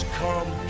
come